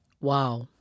Wow